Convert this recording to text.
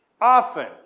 often